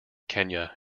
kenya